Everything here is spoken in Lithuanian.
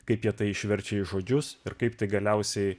kaip jie tai išverčia į žodžius ir kaip tai galiausiai